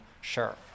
sure